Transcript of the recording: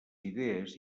idees